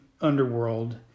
underworld